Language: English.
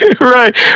Right